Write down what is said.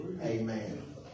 Amen